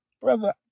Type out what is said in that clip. brother